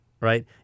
right